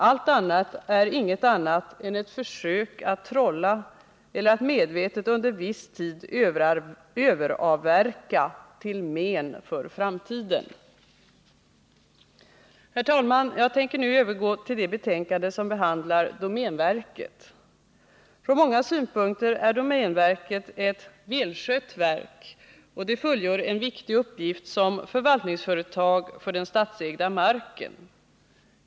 Allt annat är endast ett försök att trolla eller att medvetet under viss tid överavverka, till men för framtiden. Herr talman! Jag tänker nu övergå till det betänkande som behandlar domänverket. Från många synpunkter är domänverket ett välskött verk, och det fullgör en viktig uppgift som förvaltningsföretag för den statsägda marken.